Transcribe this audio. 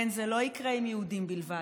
כן, זה לא יקרה עם יהודים בלבד,